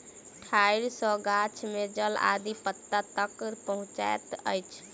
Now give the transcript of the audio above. ठाइड़ सॅ गाछ में जल आदि पत्ता तक पहुँचैत अछि